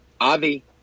Avi